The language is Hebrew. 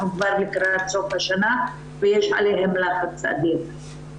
אנחנו כבר לקראת סוף השנה ויש עליהם לחץ אדיר.